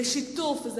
אנשים שעשו בקריירה שלהם,